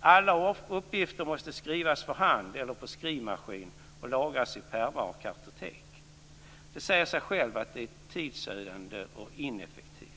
Alla uppgifter måste skrivas för hand eller på skrivmaskin och lagras i pärmar och kartotek. Det säger sig självt att det är tidsödande och ineffektivt.